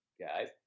guys